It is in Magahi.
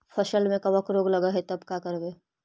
फसल में कबक रोग लगल है तब का करबै